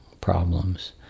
problems